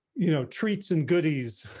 you know, treats and goodies,